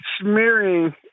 smearing